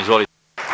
Izvolite.